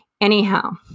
Anyhow